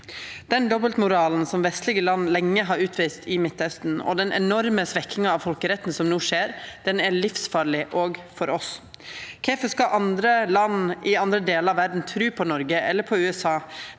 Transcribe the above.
Den dobbeltmoralen som vestlege land lenge har utvist i Midtausten, og den enorme svekkinga av folkeretten som no skjer, er livsfarleg, òg for oss. Kvifor skal andre land i andre delar av verda tru på Noreg, eller på USA,